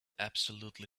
absolutely